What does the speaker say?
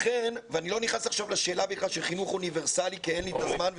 ואני לא נכנס עכשיו לשאלה בכלל של חינוך אוניברסלי כי אין לי את הזמן,